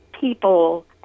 people